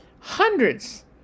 hundreds